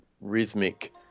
rhythmic